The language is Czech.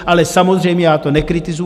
Ale samozřejmě, já to nekritizuji.